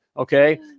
Okay